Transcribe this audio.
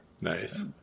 Nice